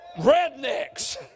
rednecks